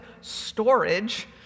storage